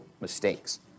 mistakes